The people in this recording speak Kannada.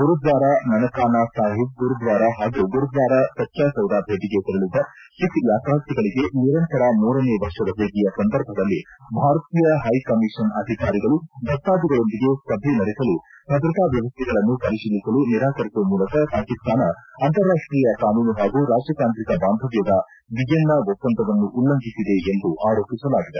ಗುರುದ್ವಾರ ನಾನಕಾನ ಸಾಹಿಬ್ ಗುರುದ್ವಾರ ಹಾಗೂ ಗುರುದ್ವಾರ ಸಚ್ಲಾ ಸೌಧ ಭೇಟಗೆ ತೆರಳಿದ್ದ ಸಿಬ್ ಯಾತ್ರಾರ್ಥಿಗಳಿಗೆ ನಿರಂತರ ಮೂರನೇ ವರ್ಷದ ಭೇಟಿಯ ಸಂದರ್ಭದಲ್ಲಿ ಭಾರತೀಯ ಹೈಕಮೀಷನ್ ಅಧಿಕಾರಿಗಳು ಭಕ್ತಾಧಿಗಳೊಂದಿಗೆ ಸಭೆ ನಡೆಸಲು ಭದ್ರತಾ ವ್ಣವಸ್ವೆಗಳನ್ನು ಪರಿತೀಲಿಸಲು ನಿರಾಕರಿಸುವ ಮೂಲಕ ಪಾಕಿಸ್ತಾನ ಅಂತಾರಾಷ್ವೀಯ ಕಾನೂನು ಹಾಗೂ ರಾಜತಾಂತ್ರಿಕ ಬಾಂಧವ್ಲದ ವಿಯೆನ್ನ ಒಪ್ಪಂದವನ್ನು ಉಲ್ಲಂಘಿಸಿದೆ ಎಂದು ಆರೋಪಿಸಲಾಗಿದೆ